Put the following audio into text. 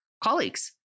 colleagues